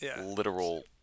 literal